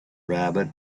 rabbit